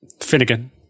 finnegan